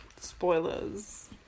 spoilers